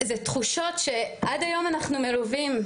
זה תחושות שעד היום אנחנו מלווים,